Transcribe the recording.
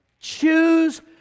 Choose